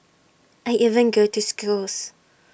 I even go to schools